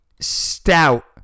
stout